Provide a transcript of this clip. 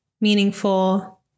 meaningful